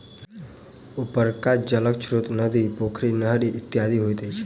उपरका जलक स्रोत नदी, पोखरि, नहरि इत्यादि होइत अछि